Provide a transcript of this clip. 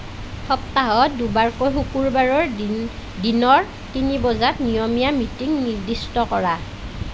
সপ্তাহত দুবাৰকৈ শুকুবাৰৰ দিনৰ তিনি বজাত নিয়মীয়া মিটিং নিৰ্দিষ্ট কৰা